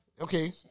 okay